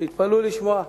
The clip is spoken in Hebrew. תתפלאו לשמוע,